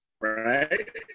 right